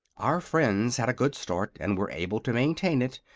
our friends had a good start and were able to maintain it,